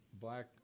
black